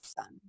son